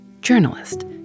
Journalist